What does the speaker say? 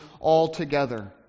altogether